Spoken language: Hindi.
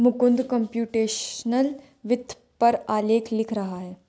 मुकुंद कम्प्यूटेशनल वित्त पर आलेख लिख रहा है